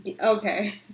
Okay